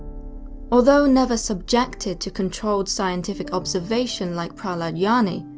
although never subjected to controlled scientific observation like prahlad jani,